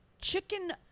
Chicken